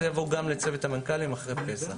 זה יובא לצוות המנכ"לים שיתכנס אחרי פסח.